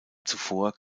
zuvor